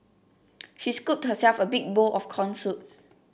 she scooped herself a big bowl of corn soup